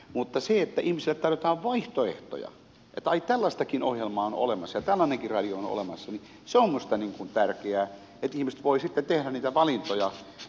mutta se että ihmisille tarjotaan vaihtoehtoja että ai tällaistakin ohjelmaa on olemassa ja tällainenkin radio on olemassa se on minusta tärkeää että ihmiset voivat sitten tehdä niitä valintoja